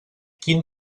quin